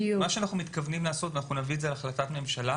מה שאנחנו מתכוונים לעשות ונביא את זה להחלטת ממשלה,